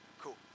cool